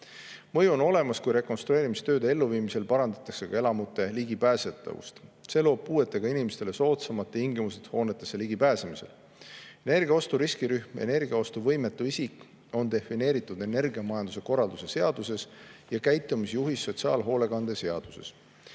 Mõju on olemas, kui rekonstrueerimistööde elluviimisel parandatakse ka elamute ligipääsetavust. See loob puuetega inimestele soodsamad tingimused hoonetesse ligipääsemisel. "Energiaostu riskirühm" ja "energiaostuvõimetus" on defineeritud energiamajanduse korralduse seaduses ja käitumisjuhis on sotsiaalhoolekande seaduses.